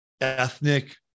ethnic